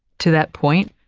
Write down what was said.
to that point,